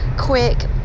quick